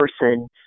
person